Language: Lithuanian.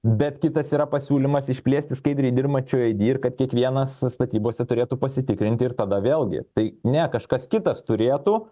bet kitas yra pasiūlymas išplėsti skaidriai dirbančių id ir kad kiekvienas statybose turėtų pasitikrinti ir tada vėlgi tai ne kažkas kitas turėtų